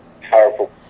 powerful